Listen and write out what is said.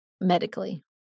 medically